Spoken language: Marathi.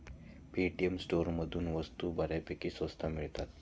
पेटीएम स्टोअरमधून वस्तू बऱ्यापैकी स्वस्त मिळतात